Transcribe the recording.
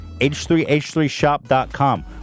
H3H3Shop.com